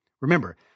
Remember